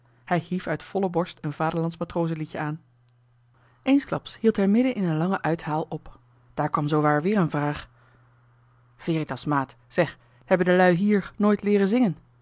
hij hief uit volle borst een vaderlandsch matrozenliedje aan eensklaps hield hij midden in een langen uithaal op daar kwam zoowaar weer een vraag veritas maat zeg hebben de lui hier nooit leeren zingen